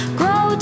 grow